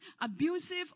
abusive